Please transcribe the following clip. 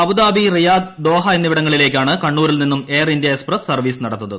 Abu Dhabi Riyadh Doha എന്നിവിടങ്ങളിലേക്കാണ് കണ്ണൂരിൽ നിന്നും എയർ ഇന്ത്യ എക്സ്പ്രസ് സർവ്വീസ് ്ന്ട്യത്തുന്നത്